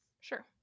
Sure